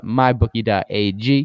mybookie.ag